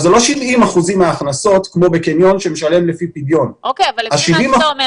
אלה לא 70 אחוזים מההכנסות כמו בקניון שמשלם לפי פדיון אלא ה-70 אחוזים,